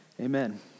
amen